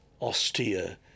austere